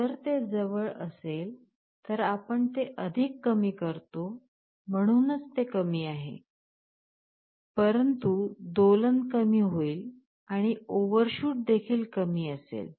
जर ते जवळ असेल तर आपण ते अधिक कमी करतो म्हणूनच ते कमी आहे परंतु दोलन कमी होईल आणि ओव्हरशूट देखील कमी असेल